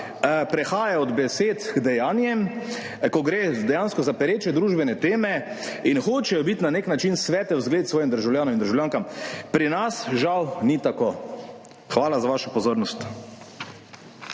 prehaja od besed k dejanjem, ko gre dejansko za pereče družbene teme in hočejo biti na nek način svetel zgled svojim državljanom in državljankam. Pri nas žal ni tako. Hvala za vašo pozornost.